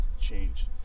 change